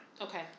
Okay